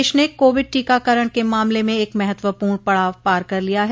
देश ने कोविड टीकाकरण के मामले में एक महत्वपूर्ण पडाव पार कर लिया है